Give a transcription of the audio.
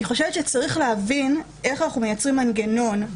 אני חושבת שצריך להבין איך אנחנו מייצרים מנגנון.